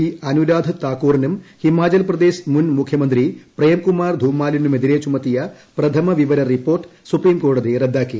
P Anuradh താക്കൂറിനും ഹിമാചൽപ്രദേശ് മുൻമുഖ്യമന്ത്രി പ്രേംകുമാർ ധുമാലിനുമെതിരെ ചുമത്തിയ പ്രഥമ വിവിര റിപ്പോർട്ട് സുപ്രീംകോടതി റദ്ദാക്കി